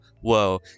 whoa